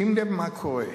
שים לב מה קורה,